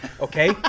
okay